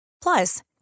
Plus